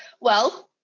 well,